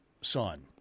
son